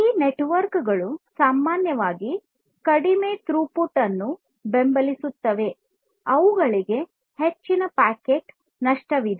ಈ ನೆಟ್ವರ್ಕ್ಗಳು ಸಾಮಾನ್ಯವಾಗಿ ಕಡಿಮೆ ಥ್ರೋಪುಟ್ ಅನ್ನು ಬೆಂಬಲಿಸುತ್ತವೆ ಅವುಗಳಿಗೆ ಹೆಚ್ಚಿನ ಪ್ಯಾಕೆಟ್ ನಷ್ಟವಿದೆ